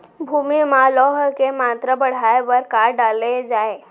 भूमि मा लौह के मात्रा बढ़ाये बर का डाले जाये?